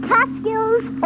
Catskills